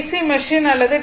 C machine அல்லது D